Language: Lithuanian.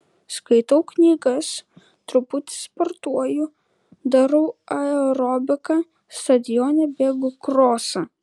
skaitau knygas truputį sportuoju darau aerobiką stadione bėgu krosą